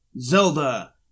Zelda